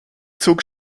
zog